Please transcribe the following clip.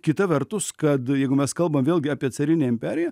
kita vertus kad jeigu mes kalbam vėlgi apie carinę imperiją